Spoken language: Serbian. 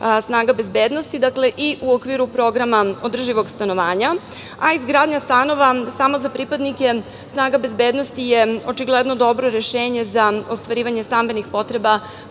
snaga bezbednosti, dakle i u okviru programa održivog stanovanja. Izgradnja stanova samo za pripadnike snaga bezbednosti je dobro rešenje za ostvarivanje stambenih potreba